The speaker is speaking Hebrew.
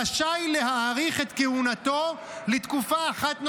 רשאי להאריך את כהונתו לתקופה אחת נוספת".